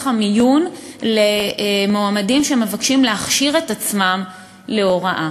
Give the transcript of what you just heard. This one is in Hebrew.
המיון למועמדים שמבקשים להכשיר את עצמם להוראה.